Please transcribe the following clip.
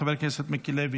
חבר הכנסת מיקי לוי,